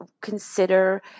consider